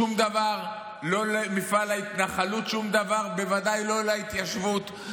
שום דבר למפעל ההתנחלות, ודאי לא להתיישבות.